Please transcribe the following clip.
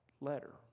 letter